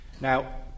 Now